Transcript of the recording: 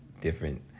different